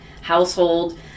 household